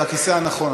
זה הכיסא הנכון,